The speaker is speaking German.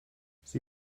sie